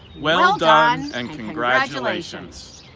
well done, and congratulations!